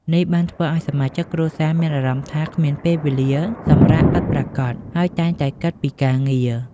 នេះបានធ្វើឱ្យសមាជិកគ្រួសារមានអារម្មណ៍ថាគ្មានពេលវេលាសម្រាកពិតប្រាកដ ហើយតែងតែគិតពីការងារ។